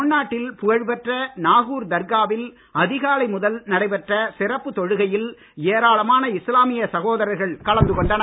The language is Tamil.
தமிழ்நாட்டில் புகழ்பெற்ற நாகூர் தர்காவில் அதிகாலை முதல் நடைபெற்ற சிறப்பு தொழுகையில் ஏராளமான இஸ்லாமிய சகோதரர்கள் கலந்து கொண்டனர்